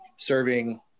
serving